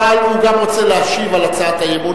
אבל הוא גם רוצה להשיב על הצעת האי-אמון,